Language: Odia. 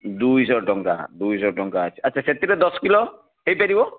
ଦୁଇଶହ ଟଙ୍କା ଦୁଇଶହ ଟଙ୍କା ଆଚ୍ଛା ଆଚ୍ଛା ସେଥିରୁ ଦଶ କିଲୋ ହେଇପାରିବ